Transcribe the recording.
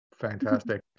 Fantastic